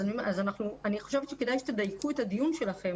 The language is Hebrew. אז אני חושבת שכדאי שתדייקו את הדיון שלכם,